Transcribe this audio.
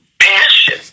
passion